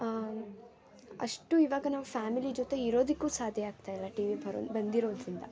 ಅಷ್ಟು ಇವಾಗ ನಾವು ಫ್ಯಾಮಿಲಿ ಜೊತೆ ಇರೋದಕ್ಕೂ ಸಾಧ್ಯ ಆಗ್ತಾ ಇಲ್ಲ ಟಿವಿ ಬರೊ ಬಂದಿರೋದರಿಂದ